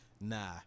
nah